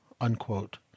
unquote